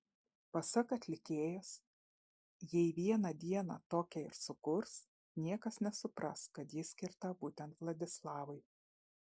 pasak atlikėjos jei vieną dieną tokią ir sukurs niekas nesupras kad ji skirta būtent vladislavui